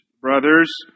brothers